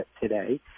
today